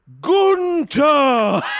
Gunter